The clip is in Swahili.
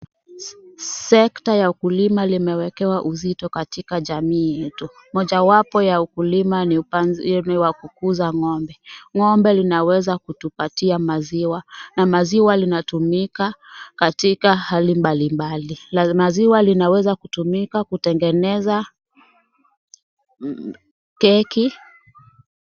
Sekta ya ukulima limewekewa uzito katika jamii yetu. Mojawapo wa ukulima ni upanzi wa kukuza ng'ombe. Ng'ombe linaweza kutupatia maziwa na maziwa linatumika katika hali mbalimbali na maziwa linaweza kutumika kutengeneza keki.